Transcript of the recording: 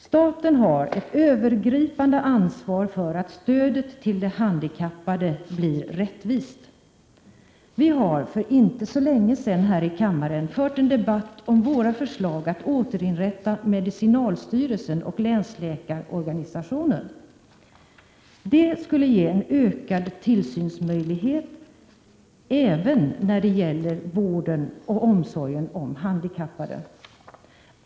Staten har ett övergripande ansvar för att stödet till de handikappade blir rättvist. Vi har för inte så länge sedan här i kammaren fört en debatt om våra förslag att återinrätta medicinalstyrelsen och länsläkarorganisationen. Det skulle ge en ökad tillsynsmöjlighet även när det gäller vården av och omsorgen om handikappade.